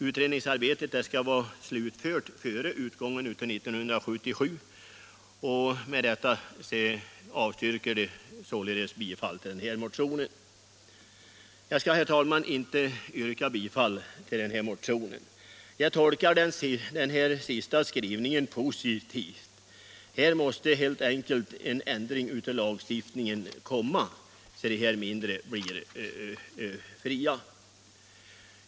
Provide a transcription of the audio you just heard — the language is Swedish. Utredningsarbetet skall vara slutfört inkomst av Jag skall, herr talman, inte yrka bifall till denna motion. Jag tolkar den sista skrivningen positivt. Här måste en ändring av lagstiftningen ändå komma så småningom, så att de mindre jordbrukarna befrias från denna skyldighet.